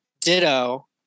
Ditto